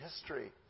history